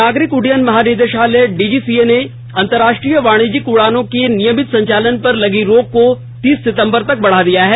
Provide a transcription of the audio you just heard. नागरिक उड्डयन महानिदेशालय डीजीसीए ने अंतर्राष्ट्रीय वाणिज्यिक उडानों के नियमित संचालन पर लगी रोक को तीस सिंतबर तक बढा दिया है